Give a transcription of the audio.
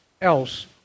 else